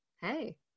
hey